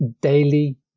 daily